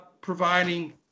providing